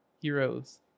heroes